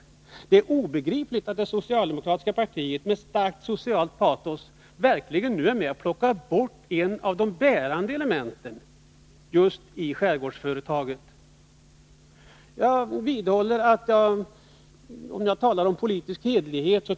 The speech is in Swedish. Och det är obegripligt att det socialdemokratiska partiet — med ett starkt socialt patos — nu är med om att plocka bort ett av de bärande elementen i skärgårdsföretag. Jag tycker att det är tråkigt att behöva tala om politisk ohederlighet.